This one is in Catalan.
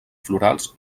florals